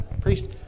priest